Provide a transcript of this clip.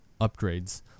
upgrades